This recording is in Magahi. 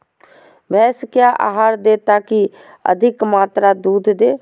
भैंस क्या आहार दे ताकि अधिक मात्रा दूध दे?